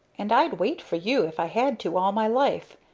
and i'd wait for you, if i had to, all my life.